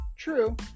true